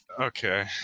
okay